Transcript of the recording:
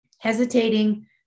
Hesitating